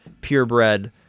purebred